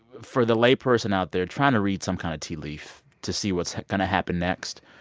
for the layperson out there trying to read some kind of tea leaf to see what's going to happen next,